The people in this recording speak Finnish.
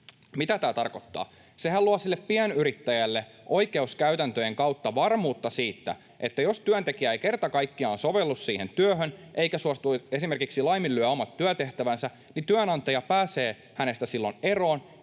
Mitä tämä tarkoittaa? Sehän luo sille pienyrittäjälle oikeuskäytäntöjen kautta varmuutta siitä, että jos työntekijä ei kerta kaikkiaan sovellu siihen työhön ja esimerkiksi laiminlyö omat työtehtävänsä, niin työnantaja pääsee hänestä silloin eroon